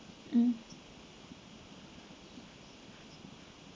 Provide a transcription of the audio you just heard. mm